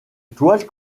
toile